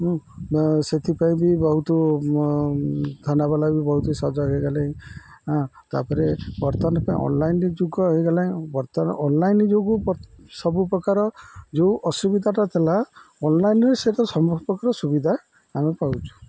ହୁଁ ବା ସେଥିପାଇଁ ବି ବହୁତ ଥାନାବାଲା ବି ବହୁତ ସଜ ହେଇଗଲେଇଁ ତା'ପରେ ବର୍ତ୍ତମାନ ପାଇଁ ଅନ୍ଲାଇନ୍ ଯୁଗ ହେଇଗଲା ବର୍ତ୍ତମାନ ଅନ୍ଲାଇନ୍ ଯୋଗୁ ସବୁ ପ୍ରକାର ଯେଉଁ ଅସୁବିଧାଟା ଥିଲା ଅନ୍ଲାଇନ୍ରେ ସେ ତ ସବୁ ପ୍ରକାର ସୁବିଧା ଆମେ ପାଉଛୁ